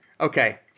okay